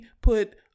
put